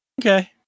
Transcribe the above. Okay